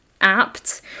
apt